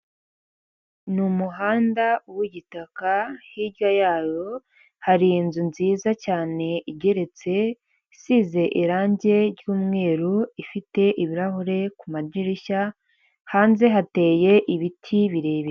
Ni umuhanda w'igitaka, hirya yawo hari inzu nziza cyane igeretse isize irangi ry'umweru, ifite ibirahure ku madirishya, hanze hateye ibiti birebire.